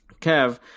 Kev